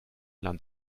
land